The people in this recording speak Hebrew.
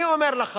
אני אומר לך